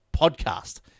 podcast